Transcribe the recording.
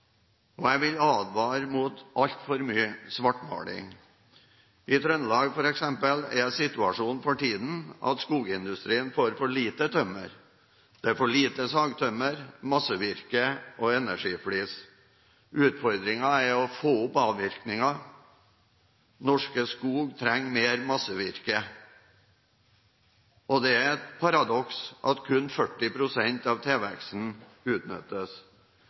og jeg vil advare mot altfor mye svartmaling. I Trøndelag, f.eks., er situasjonen for tiden at skogindustrien får for lite tømmer. Det er for lite sagtømmer, massevirke og energiflis. Utfordringen er å få opp avvirkningen. Norske Skog trenger mer massevirke. Det er et paradoks at kun 40 pst. av tilveksten utnyttes.